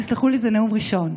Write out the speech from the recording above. תסלחו לי, זה נאום ראשון.